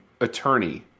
attorney